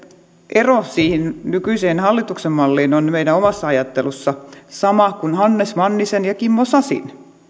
ero nykyiseen hallituksen malliin on se että meidän omassa ajattelussamme meidän mallimme on sama kuin hannes mannisen ja kimmo sasin